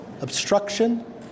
obstruction